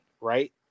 right